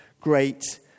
great